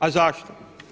A zašto?